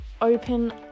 open